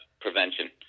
prevention